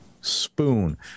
spoon